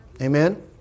Amen